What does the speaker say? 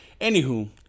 anywho